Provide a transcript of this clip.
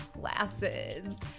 glasses